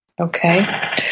Okay